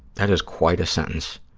that is quite a sentence.